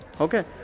Okay